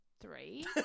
three